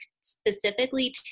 specifically